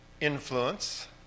influence